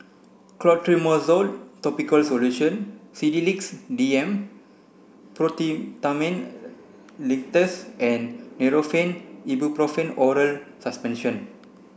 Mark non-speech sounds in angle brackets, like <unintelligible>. Clotrimozole topical solution Sedilix D M <unintelligible> Linctus and Nurofen Ibuprofen Oral Suspension